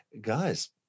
guys